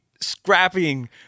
scrapping